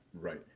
Right